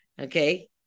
okay